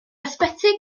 ysbyty